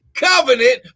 covenant